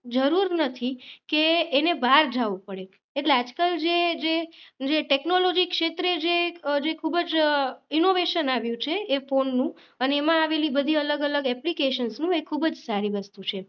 જરૂર નથી કે એને બહાર જાવું પડે એટલે આજકાલ જે જે જે ટેક્નોલોજી ક્ષેત્રે જે ખૂબ જ ઇનોવેશન આવ્યું છે એ ફોનનું અને એમાં આવેલી બધી અલગ અલગ એપ્લિકેશનસનું એ ખૂબ જ સારી વસ્તુ છે